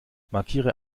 markiere